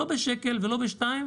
לא בשקל וגם לא בשניים,